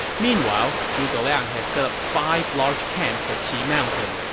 meanwhile, zhuge liang had set up five large camps at qi mountain.